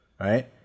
Right